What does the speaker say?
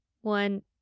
one